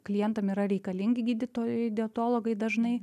klientam yra reikalingi gydytojai dietologai dažnai